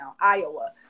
Iowa